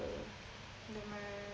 the my